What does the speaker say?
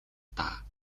даа